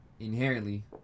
inherently